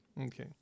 Okay